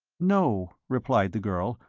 no, replied the girl,